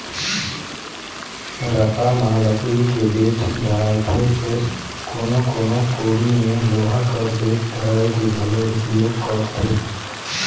रापा म लकड़ी के बेठ धराएथे फेर कोनो कोनो कोड़ी मे लोहा कर बेठ धराए के घलो उपियोग करथे